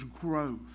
growth